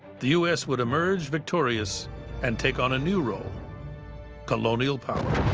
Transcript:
the u s. would emerge victorious and take on a new role colonial power.